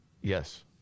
Yes